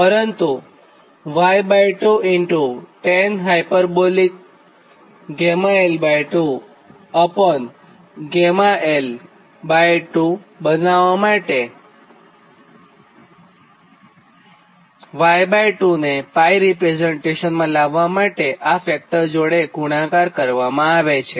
પરંતુ Y2 γl2 γl2 બનાવ્વા માટે Y2 ને 𝜋 રીપ્રેઝન્ટેશન માં લાવ્વા માટે આ ફેક્ટર જોડે ગુણાકાર કરવામાં આવે છે